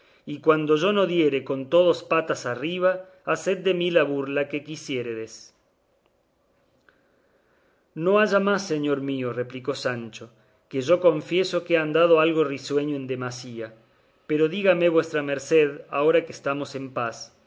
y cuando yo no diere con todos patas arriba haced de mí la burla que quisiéredes no haya más señor mío replicó sancho que yo confieso que he andado algo risueño en demasía pero dígame vuestra merced ahora que estamos en paz